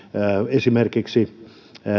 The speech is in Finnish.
esimerkiksi